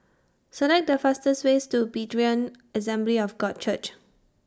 Select The fastest ways to Berean Assembly of God Church